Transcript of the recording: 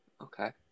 Okay